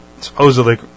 supposedly